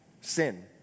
sin